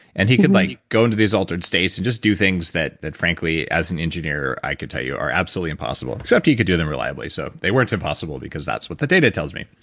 and he could like go into these altered states and just do things that that frankly, as an engineer, i could tell you are absolutely impossible, except he could do them reliably, so they weren't impossible, because that's what the data tells me.